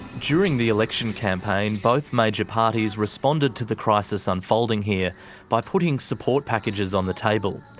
during the election campaign both major parties responded to the crisis unfolding here by putting support packages on the table.